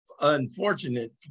unfortunate